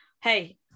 Hey